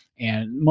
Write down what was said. and